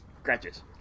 scratches